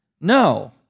No